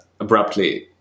abruptly